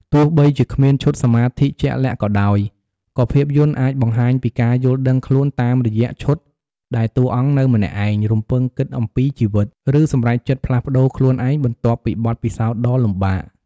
ទោះបីជាគ្មានឈុតសមាធិជាក់លាក់ក៏ដោយ ក៏ភាពយន្តអាចបង្ហាញពីការយល់ដឹងខ្លួនតាមរយៈឈុតដែលតួអង្គនៅម្នាក់ឯង រំពឹងគិតអំពីជីវិត ឬសម្រេចចិត្តផ្លាស់ប្ដូរខ្លួនឯងបន្ទាប់ពីបទពិសោធន៍ដ៏លំបាក។